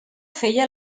feia